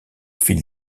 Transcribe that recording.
fil